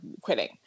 quitting